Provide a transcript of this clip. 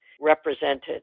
represented